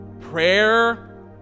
prayer